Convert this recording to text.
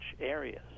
areas